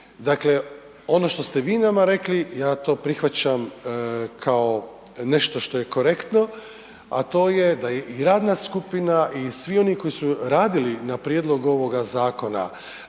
dakle ono što ste vi nama rekli ja to prihvaćam kao nešto što je korektno, a to je da je i radna skupina i svi oni koji su radili na prijedlogu ovoga zakona,